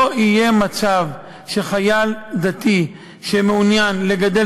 לא יהיה מצב שחייל דתי שמעוניין לגדל